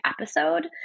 episode